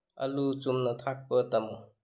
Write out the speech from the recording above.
ꯑꯂꯨ ꯆꯨꯝꯅ ꯊꯥꯛꯄ ꯇꯝꯃꯨ